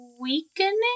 Weakening